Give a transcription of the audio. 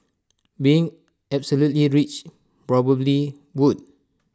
being absolutely rich probably would